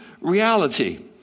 reality